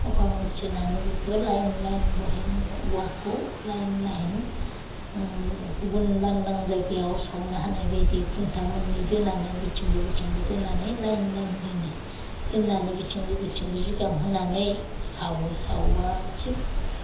हपा मुथेनानै बेखौ line line बहायना औवाखौ लाइन लाइन गुबुन लांदां जायगायाव सावनो हानाय बायदि खुन्था मोननै दोनानै बेथिंबो बिथिंबो दोननानै लाइन लाइन दोनो दोननानै बिथिंबो बेथिंबो जिगाब होनानै सावो सावबा थिक